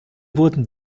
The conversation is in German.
wurden